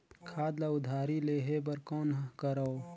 खाद ल उधारी लेहे बर कौन करव?